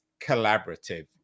collaborative